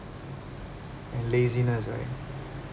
and laziness right